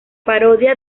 parodia